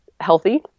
healthy